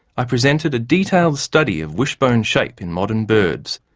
i presented a detailed study of wishbone shape in modern birds.